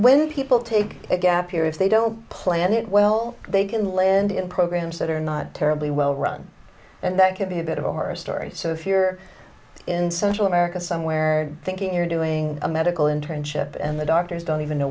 when people take a gap year if they don't plan it well they can land in programs that are not terribly well run and that can be a bit of a horror story so if you're in central america somewhere thinking you're doing a medical internship and the doctors don't even know